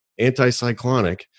Anticyclonic